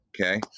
okay